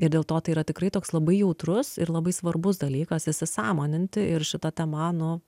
ir dėl to tai yra tikrai toks labai jautrus ir labai svarbus dalykas įsisąmoninti ir šita tema nu